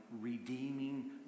redeeming